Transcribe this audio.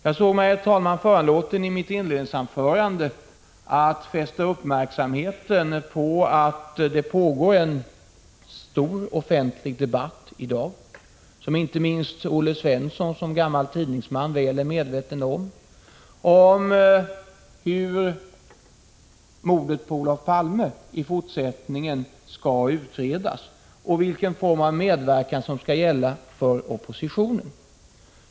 Jag såg mig, herr talman, i mitt inledande anförande föranlåten att fästa uppmärksamheten på att det i dag pågår en intensiv offentlig debatt, som inte minst Olle Svensson som gammal tidningsman torde vara väl medveten om, om hur mordet på Olof Palme i fortsättningen skall utredas och vilken form av medverkan som skall gälla för oppositionen.